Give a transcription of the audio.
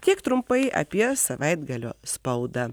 tiek trumpai apie savaitgalio spaudą